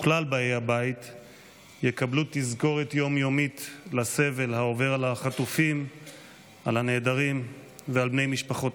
וכל דובר שידבר מהדוכן יראה אותם לנגד עיניו.